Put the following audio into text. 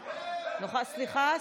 סליחה,